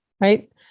right